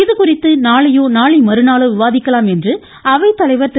இதுகுறித்து நாளையோ நாளை மறுநாளோ விவாதிக்கலாம் என்று அவைத்தலைவர் திரு